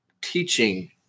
teaching